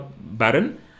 baron